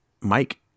Mike